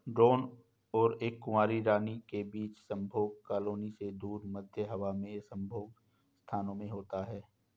drone और एक कुंवारी रानी के बीच संभोग कॉलोनी से दूर, मध्य हवा में संभोग स्थलों में होता है